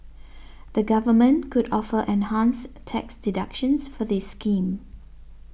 the government could offer enhanced tax deductions for this scheme